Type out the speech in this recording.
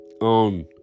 on